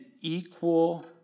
equal